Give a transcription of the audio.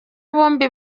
bombi